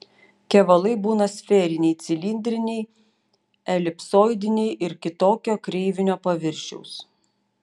kevalai būna sferiniai cilindriniai elipsoidiniai ir kitokio kreivinio paviršiaus